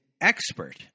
expert